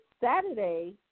Saturday